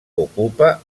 ocupa